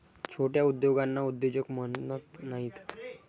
छोट्या उद्योगांना उद्योजक म्हणत नाहीत